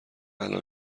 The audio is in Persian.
الان